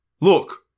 Look